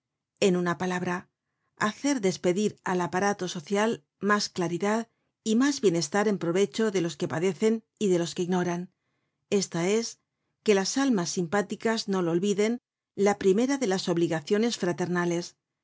en una palabra hacer despedir al aparato social mas claridad y mas bienestar en provecho de los que padecen y de los que ignoran esta es que las almas simpáticas no lo olviden ía primera de las obligaciones fraternales